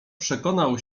przekonał